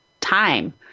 time